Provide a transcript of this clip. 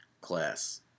class